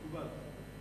מקובל.